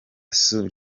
sous